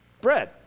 bread